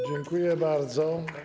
Dziękuję bardzo.